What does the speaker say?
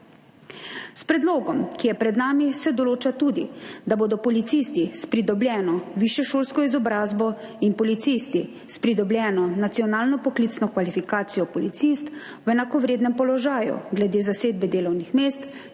S predlogom, ki je pred nami, se določa tudi, da bodo policisti s pridobljeno višješolsko izobrazbo in policisti s pridobljeno nacionalno poklicno kvalifikacijo policist v enakovrednem položaju glede zasedbe delovnih mest,